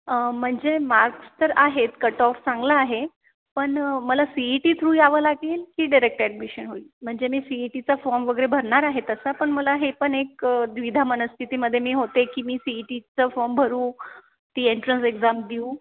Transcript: म्हणजे मार्क्स तर आहेत कट ऑफ चांगला आहे पण मला सीईटी थ्रू यावं लागेल की डिरेक्ट ॲडमिशन होईल म्हणजे मी सीईटीचा फॉर्म वगैरे भरणार आहे तसा पण मला हे पण एक द्विधा मनस्थितीमध्ये होते की मी सीईटीचं फॉर्म भरू की एन्ट्रन्स एक्झाम द्यु